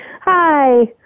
Hi